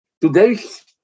today's